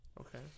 Okay